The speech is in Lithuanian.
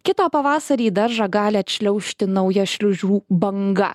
kitą pavasarį į daržą gali atšliaužti nauja šliūžų banga